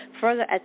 further